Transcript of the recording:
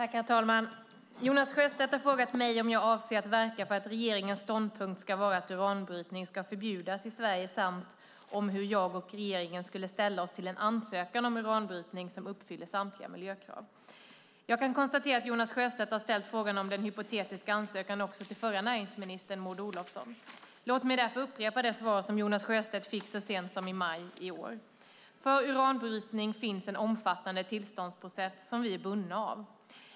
Herr talman! Jonas Sjöstedt har frågat mig om jag avser att verka för att regeringens ståndpunkt ska vara att uranbrytning ska förbjudas i Sverige samt om hur jag och regeringen skulle ställa oss till en ansökan om uranbrytning som uppfyller samtliga miljökrav. Jag kan konstatera att Jonas Sjöstedt har ställt frågan om den hypotetiska ansökan också till den förra näringsministern, Maud Olofsson. Låt mig därför upprepa det svar som Jonas Sjöstedt fick så sent som i maj i år. För uranbrytning finns en omfattande tillståndsprocess som vi är bundna av.